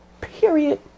period